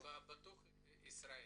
בתוך ישראל.